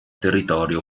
territorio